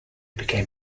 became